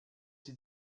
sie